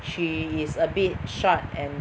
she is a bit short and